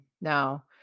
now